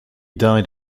died